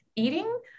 eating